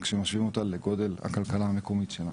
כשמשווים אותה לגודל הכלכלה המקומית שלנו.